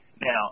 Now